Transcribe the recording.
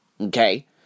Okay